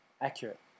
accurate